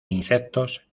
insectos